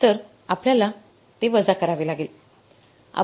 तर आपल्याला ते वजा करावे लागेल